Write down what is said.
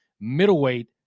middleweight